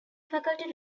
faculty